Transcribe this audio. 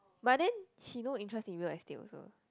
but then she no interest in real estate also